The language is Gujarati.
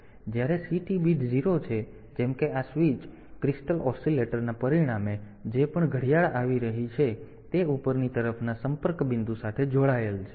તેથી જ્યારે આ CT બીટ 0 છે જેમ કે આ સ્વીચ ક્રિસ્ટલ ઓસીલેટર ના પરિણામે જે પણ ઘડિયાળ આવી રહી છે તે ઉપરની તરફના સંપર્ક બિંદુ સાથે જોડાયેલ છે